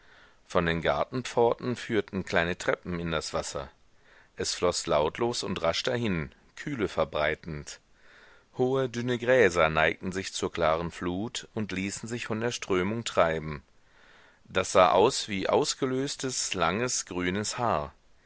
von den gartenpforten führten kleine treppen in das wasser es floß lautlos und rasch dahin kühle verbreitend hohe dünne gräser neigten sich zur klaren flut und ließen sich von der strömung treiben das sah aus wie ausgelöstes langes grünes haar